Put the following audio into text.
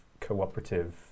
cooperative